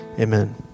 Amen